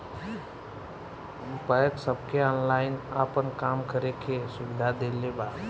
bank सबके online आपन काम करे के सुविधा देले बा